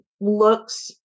looks